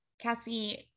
Cassie